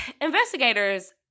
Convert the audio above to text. investigators